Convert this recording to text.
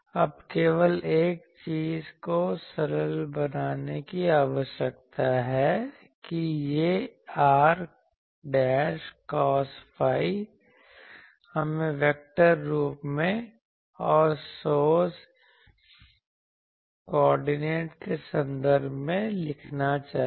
अब केवल एक चीज को सरल बनाने की आवश्यकता है कि यह r cos phi हमें वेक्टर रूप में और सोर्स कोऑर्डिनेट के संदर्भ में लिखना चाहिए